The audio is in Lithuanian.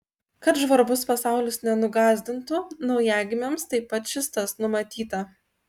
kad žvarbus pasaulis nenugąsdintų naujagimiams taip pat šis tas numatyta